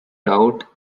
doubt